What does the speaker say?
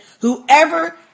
whoever